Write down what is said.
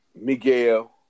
Miguel